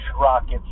rockets